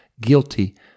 guilty